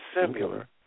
similar